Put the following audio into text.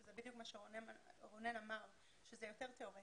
שזה יותר תיאורטי ורונן דיבר על זה,